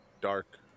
Dark